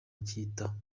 akita